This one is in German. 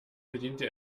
bediente